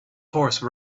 horse